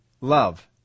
love